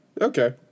Okay